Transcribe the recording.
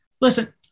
listen